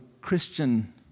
Christian